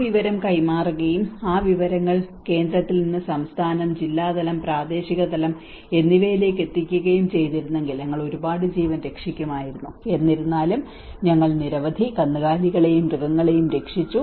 ആ വിവരങ്ങൾ കൈമാറുകയും ആ വിവരങ്ങൾ കേന്ദ്രത്തിൽ നിന്ന് സംസ്ഥാനം ജില്ലാ തലം പ്രാദേശിക തലം എന്നിവയിലേയ്ക്ക് എത്തിക്കുകയും ചെയ്തിരുന്നെങ്കിൽ ഞങ്ങൾ ഒരുപാട് ജീവൻ രക്ഷിക്കുമായിരുന്നു എന്നിരുന്നാലും ഞങ്ങൾ നിരവധി കന്നുകാലികളെയും മൃഗങ്ങളെയും രക്ഷിച്ചു